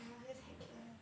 !aiya! just heck care lah